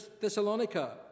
Thessalonica